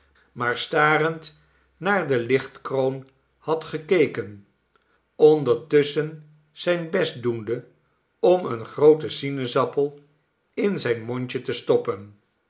maar starend naar de fchtkroon had gekeken ondertusschen zijn best doende om een grooten sinaasappel in zijn mond je te stoppen